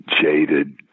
jaded